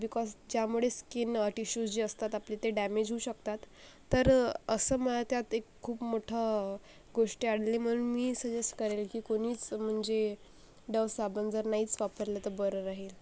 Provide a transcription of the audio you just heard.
because ज्यामुळे skin tissues जे असतात आपले ते डॅमेज होऊ शकतात तर असं मला त्यात एक खूप मोठी गोष्ट आणली म्हणून मी सजेस्ट करेन की कोणीच म्हणजे डव साबण जर नाहीच वापरला तर बरं राहील